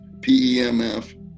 PEMF